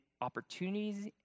opportunities